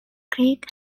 creek